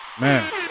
man